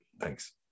Thanks